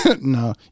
No